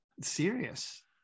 serious